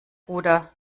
bruder